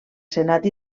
senat